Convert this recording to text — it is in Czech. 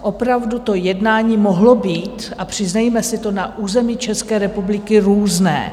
Opravdu to jednání mohlo být, a přiznejme si to, na území České republiky různé.